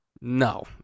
no